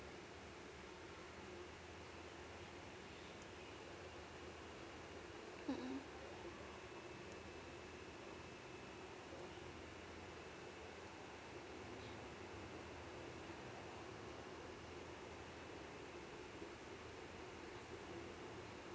mm mm